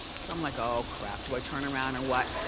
so i'm like, oh crap, do i turn around or what?